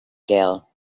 gale